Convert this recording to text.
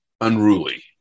unruly